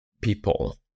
people